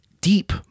deep